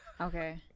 Okay